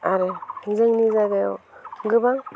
आरो जोंनि जायगायाव गोबां